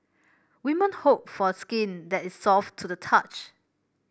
women hope for skin that is soft to the touch